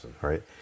right